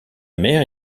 mère